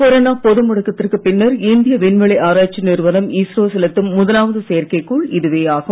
corona பொது முடக்கத்திற்குப் பின்னர் இந்திய விண்வெளி ஆராய்ச்சி நிறுவனம் இஸ்ரோ செலுத்தும் முதலாவது செயற்கைக் கோள் இதுவேயாகும்